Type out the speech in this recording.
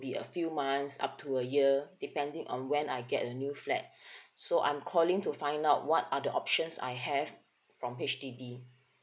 be a few months up to a year depending on when I get a new flat so I'm calling to find out what other options I have from H_D_B